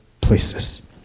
places